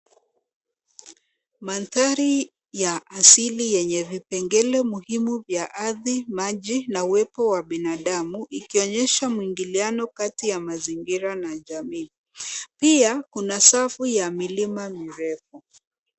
Mandhari ya asili yenye vipengele muhimu vya ardhi, maji na uwepo wa binadamu ikionyesha mwingiliano kati ya mazingira na jamii. Pia kuna safu ya milima mirefu.